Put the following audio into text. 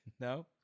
No